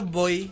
boy